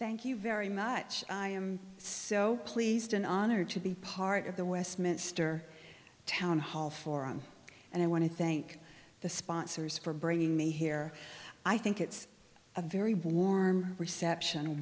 thank you very much i am so pleased and honored to be part of the westminster town hall forum and i want to thank the sponsors for bringing me here i think it's a very warm reception